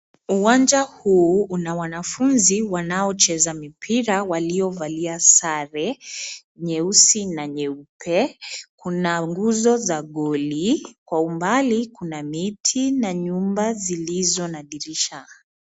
Uwanja huu una wanafunzi wanaocheza mpira waliovalia sare nyeusi na nyeupe. Kuna nguzo za goli. Kwa umbali kuna miti na nyumba zizilo na dirisha.